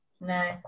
No